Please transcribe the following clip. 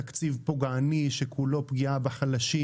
הוא תקציב פוגעני שכולו פגיעה בחלשים,